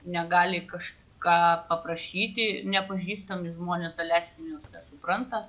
negali kažką paprašyti nepažįstami žmonės daleiskim jos supranta